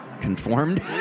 Conformed